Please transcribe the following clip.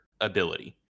ability